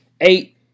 eight